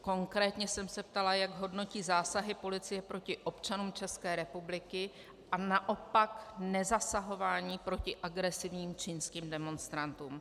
Konkrétně jsem se ptala, jak hodnotí zásahy policie proti občanům České republiky a naopak nezasahování proti agresivním čínským demonstrantům.